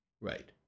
Right